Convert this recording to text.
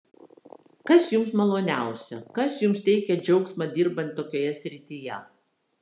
kas jums maloniausia kas jums teikią džiaugsmą dirbant tokioje srityje